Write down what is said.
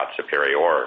superior